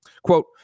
Quote